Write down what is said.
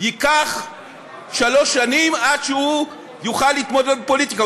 ייקח שלוש שנים עד שהוא יוכל להתמודד בפוליטיקה.